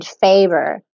favor